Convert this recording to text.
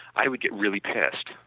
i would get really pissed.